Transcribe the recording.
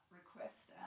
request